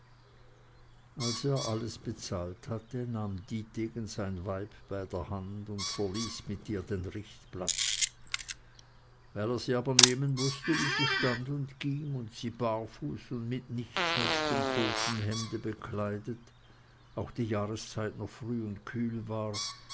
als er alles bezahlt hatte nahm dietegen sein weib bei der hand und verließ mit ihr den richtplatz weil er sie aber nehmen mußte wie sie stand und ging und sie barfuß und mit nichts als dem totenhemde bekleidet auch die jahrszeit noch früh und kühl war